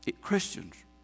Christians